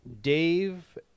Dave